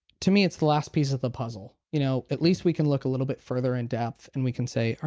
to me, it's the last piece of the puzzle. you know at least we can look a little bit further in depth and we can say, all